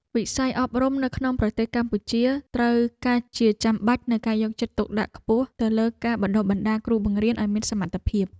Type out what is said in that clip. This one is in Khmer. វិស័យអប់រំនៅក្នុងប្រទេសកម្ពុជាត្រូវការជាចាំបាច់នូវការយកចិត្តទុកដាក់ខ្ពស់ទៅលើការបណ្តុះបណ្តាលគ្រូបង្រៀនឱ្យមានសមត្ថភាព។